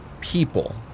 people